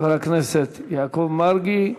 חבר הכנסת יעקב מרגי,